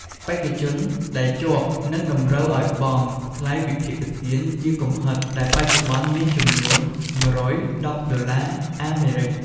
បេក្ខជនដែលជាប់នឹងតម្រូវឱ្យបង់ ថ្លៃវិភាគទានជាកំហិត ដែលបច្ចុប្បន្នមានចំនួន ១១០ ដុល្លារអាមេរិក។